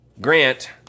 Grant